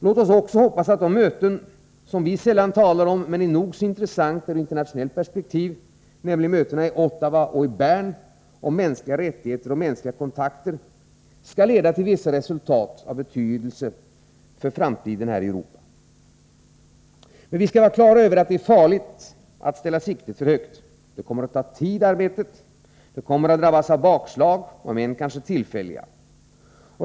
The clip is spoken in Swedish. Låt oss också hoppas att de möten som vi sällan talar om men som är nog så intressanta ur internationellt perspektiv, nämligen mötena i Ottawa och i Bern om mänskliga rättigheter och mänskliga kontakter, skall leda till vissa resultat av betydelse för Europas framtid. Men vi skall ha klart för oss att det är farligt att ställa siktet för högt. Arbetet kommer att ta lång tid. Det kommer att drabbas av bakslag, om än tillfälliga.